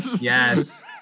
Yes